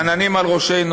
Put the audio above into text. עננים על ראשנו.